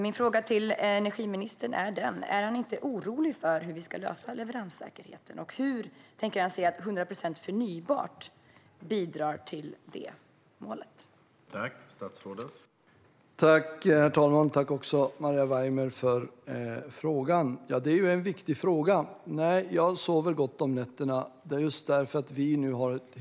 Min fråga till energiministern är alltså: Är han inte orolig för hur vi ska lösa leveranssäkerheten, och hur tänker han sig att 100 procent förnybart bidrar till det målet?